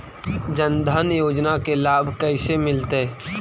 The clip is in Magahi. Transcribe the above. जन धान योजना के लाभ कैसे मिलतै?